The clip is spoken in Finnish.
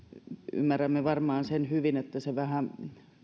ymmärrämme varmaan sen hyvin että